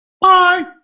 Bye